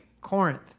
Corinth